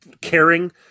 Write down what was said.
caring